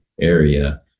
area